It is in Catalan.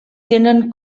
tenen